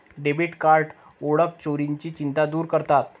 debit card ओळख चोरीची चिंता दूर करतात